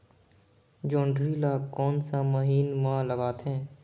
जोंदरी ला कोन सा महीन मां लगथे?